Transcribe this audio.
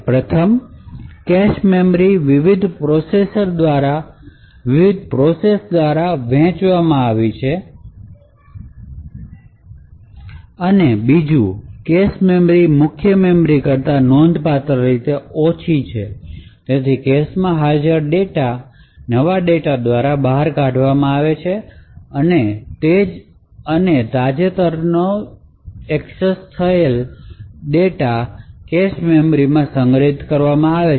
પ્રથમ cache memory વિવિધ process દ્વારા વહેંચવામાં આવે અને બીજું કેશ મેમરી મુખ્ય મેમરી કરતા નોંધપાત્ર રીતે ઓછી છે અને તેથી કેશમાં હાજર ડેટા નવા ડેટા દ્વારા બહાર કાઢવામાં આવે છે અને જે તાજેતરમાં એકસેસ થયેલ છે તે કેશ મેમરીમાં સંગ્રહિત કરવામાં આવે છે